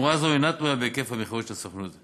תמורה זו אינה תלויה בהיקף המכירות של הסוכנות.